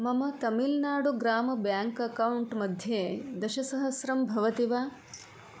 मम तमिल्नाडु ग्राम् bank account मध्ये दशसहस्रं भवति वा